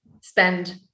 spend